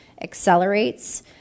accelerates